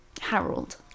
Harold